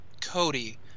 cody